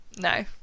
No